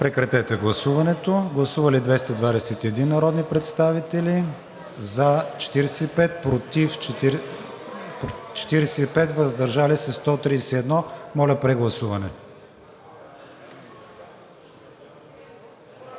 режим на гласуване. Гласували 221 народни представители: за 45, против 45, въздържали се 131. Моля, прегласуване.